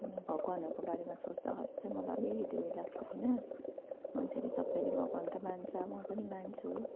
भगवानहरूको बारेमा सोच्दाखेरि चाहिँ मलाई अलिकति उयो लाग्छ होइन मान्छेले सबैले भगवान त मान्छ म पनि मान्छु